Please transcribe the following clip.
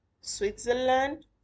Switzerland